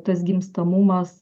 tas gimstamumas